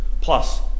plus